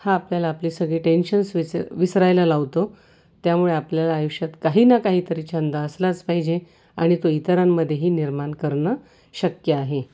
हा आपल्याला आपले सगळे टेन्शन्स विस विसरायला लावतो त्यामुळे आपल्याला आयुष्यात काही ना काहीतरी छंद असलाच पाहिजे आणि तो इतरांमध्येही निर्माण करणं शक्य आहे